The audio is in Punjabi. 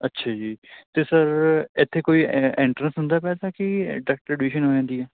ਅੱਛਾ ਜੀ ਅਤੇ ਸਰ ਇੱਥੇ ਕੋਈ ਐਂ ਐਂਟਰਸ ਹੁੰਦਾ ਵੈਸੇ ਕਿ ਡਰੈਕਟ ਐਡਮੀਸ਼ਨ ਹੋ ਜਾਂਦੀ ਹੈ